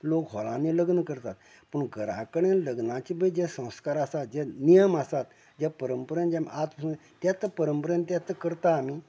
लोक हॉलांनी लग्नां करतात पूण घरा कडेन लग्नाचे पय जे संस्कार आसात जे नियम आसा जे परंपरेन आज आमी तेच परंपरेन तेंच करतात आमी